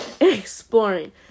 exploring